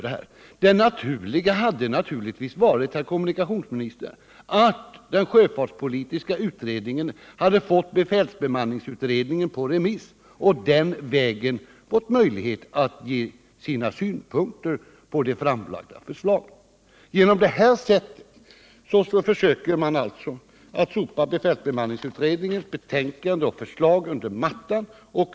Det naturliga hade varit, herr kommunikationsminister, att den sjöfartspolitiska utredningen fått befälsbemanningsutredningens betänkande på remiss och den vägen givits möjligheter att anföra sina synpunkter på det framlagda förslaget. Genom det nu begagnade förfarandet försöker man sopa befälsbemanningsutredningens betänkande och förslag under mattan.